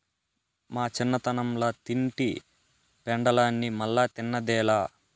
మా చిన్నతనంల తింటి పెండలాన్ని మల్లా తిన్నదేలా